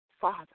Father